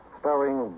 starring